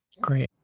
Great